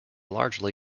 largely